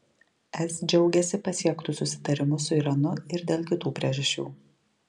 es džiaugiasi pasiektu susitarimu su iranu ir dėl kitų priežasčių